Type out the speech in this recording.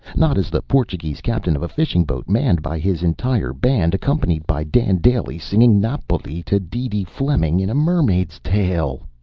not as the portuguese captain of a fishing boat manned by his entire band, accompanied by dan dailey singing napoli to deedee fleming in a mermaid's tail